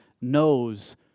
knows